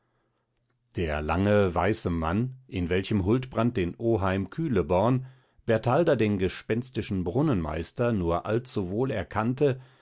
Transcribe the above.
der lange weiße mann in welchem huldbrand den oheim kühleborn bertalda den gespenstischen brunnenmeister nur allzu wohl erkannte